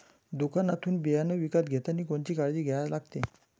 दुकानातून बियानं घेतानी कोनची काळजी घ्या लागते?